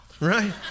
right